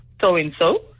so-and-so